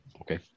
okay